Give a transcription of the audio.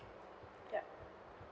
yeah